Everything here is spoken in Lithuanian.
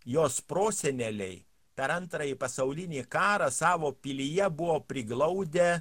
jos proseneliai per antrąjį pasaulinį karą savo pilyje buvo priglaudę